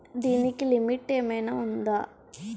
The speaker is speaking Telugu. దీనికి లిమిట్ ఆమైనా ఉందా?